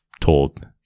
told